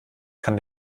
kann